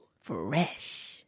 Fresh